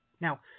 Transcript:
Now